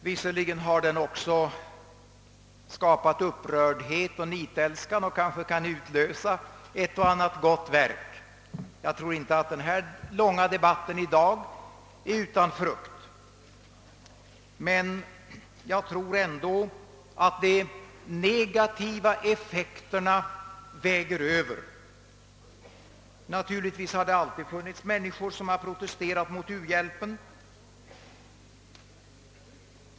Visserligen har den också skapat upprördhet och nitälskan, och den kanske kan utlösa ett och annat gott verk; jag tror inte att den långa debatten i dag blir utan frukt. Men jag fruktar ändå att de negativa effekterna väger Över. Naturligtvis har det alltid funnits människor som protesterat mot u-hjälpen.